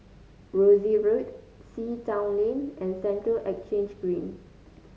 Rosyth Road Sea Town Lane and Central Exchange Green